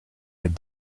had